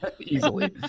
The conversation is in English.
Easily